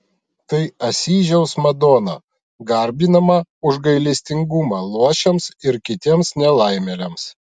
tai asyžiaus madona garbinama už gailestingumą luošiams ir kitiems nelaimėliams